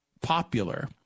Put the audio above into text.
popular